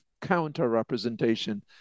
counter-representation